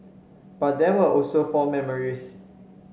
but there were also fond memories